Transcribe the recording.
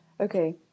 Okay